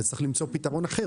אז צריך למצוא פתרון אחר.